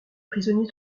prisonniers